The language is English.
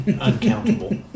uncountable